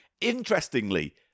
interestingly